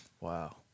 Wow